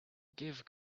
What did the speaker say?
give